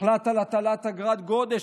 הוחלט על הטלת אגרת גודש,